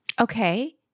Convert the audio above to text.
Okay